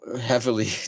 heavily